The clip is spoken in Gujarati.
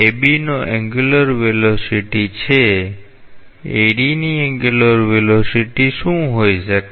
AB નો એન્ગ્યુલર વેલોસીટી છે AD ની એન્ગ્યુલર વેલોસીટી શું હોઈ શકે